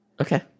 okay